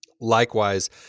Likewise